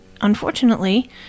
unfortunately